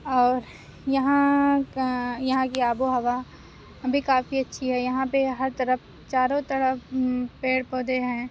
اور یہاں کا یہاں کی آب و ہوا بھی کافی اچھی ہے یہاں پہ ہر طرف چاروں طرف پیڑ پودے ہیں